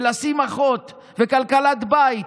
לשים אחות וכלכלת בית,